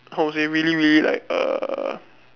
how to say really really like uh